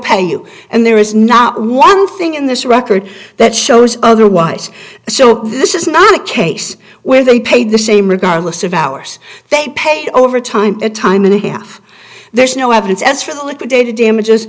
pay you and there is not one thing in this record that shows otherwise so this is not a case where they paid the same regardless of hours they paid overtime time and a half there is no evidence as for liquidated damages